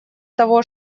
того